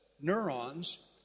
neurons